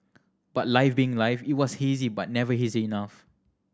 but life being life it was hazy but never hazy enough